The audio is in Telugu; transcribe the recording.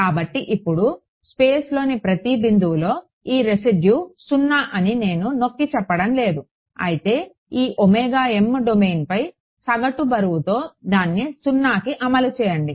కాబట్టి ఇప్పుడు స్పేస్లోని ప్రతి బిందువులో ఈ రెసిడ్యు 0 అని నేను నొక్కి చెప్పడం లేదు అయితే ఈ డొమైన్పై సగటు బరువుతో దాన్ని 0కి అమలు చేయండి